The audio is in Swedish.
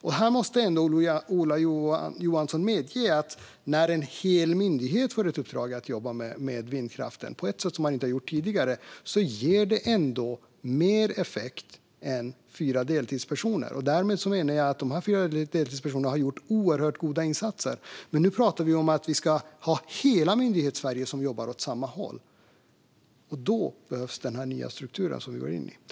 Ola Johansson måste ändå medge att när en hel myndighet får i uppdrag att jobba med vindkraften på ett sätt som man inte gjort tidigare ger det mer effekt än fyra deltidspersoner. Dessa fyra deltidspersoner har gjort oerhört goda insatser, men nu talar vi om att hela Myndighetssverige ska jobba åt samma håll. Då behövs den nya struktur som vi nu går in i.